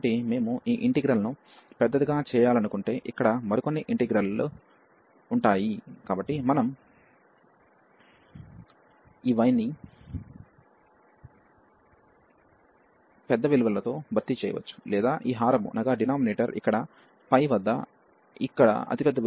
కాబట్టి మేము ఈ ఇంటిగ్రల్ ను పెద్దదిగా చేయాలనుకుంటే ఇక్కడ మరికొన్ని ఇంటిగ్రల్లు గా ఉంటాయి కాబట్టి మనం ఈ y ని పెద్ద విలువతో భర్తీ చేయవచ్చు లేదా ఈ హారము ఇక్కడ పై వద్ద ఇక్కడ అతిపెద్ద విలువను తీసుకుంటుంది